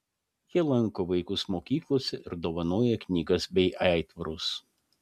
jie lanko vaikus mokyklose ir dovanoja knygas bei aitvarus